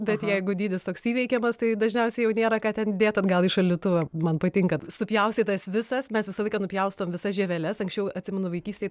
bet jeigu dydis toks įveikiamas tai dažniausiai jau nėra ką ten dėt atgal į šaldytuvą man patinka supjaustytas visas mes visą laiką nupjaustome visas žieveles anksčiau atsimenu vaikystėj